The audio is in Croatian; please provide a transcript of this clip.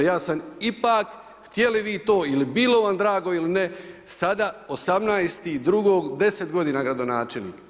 Ja sam ipak, htjeli vi to ili bilo vam drago ili ne, sada 18.02. deset godina gradonačelnik.